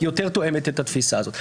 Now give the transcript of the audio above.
יותר תואמת את התפיסה הזאת.